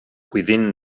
within